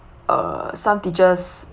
uh some teachers